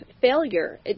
failure